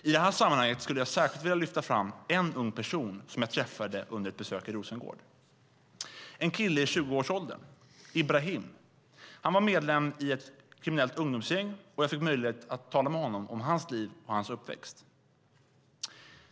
I det här sammanhanget skulle jag särskilt vilja lyfta fram en ung person som jag träffade under ett besök i Rosengård. Det var en kille i tjugoårsåldern, Ibrahim. Han var medlem i ett kriminellt ungdomsgäng. Jag fick möjlighet att tala med honom om hans liv och uppväxt.